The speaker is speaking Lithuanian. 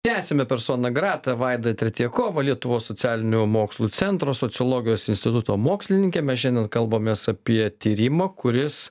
tęsiame personą gratą vaida tretjakova lietuvos socialinių mokslų centro sociologijos instituto mokslininkė mes šiandien kalbamės apie tyrimą kuris